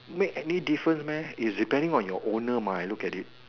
make any difference meh is depending on your owner mah I look at it